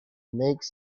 makes